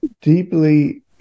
deeply